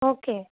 okay